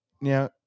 now